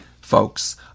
folks